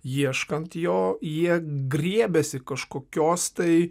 ieškant jo jie griebiasi kažkokios tai